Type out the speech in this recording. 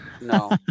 No